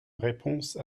réponse